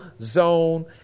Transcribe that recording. zone